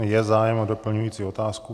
Je zájem o doplňující otázku?